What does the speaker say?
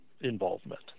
involvement